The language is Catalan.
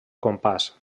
compàs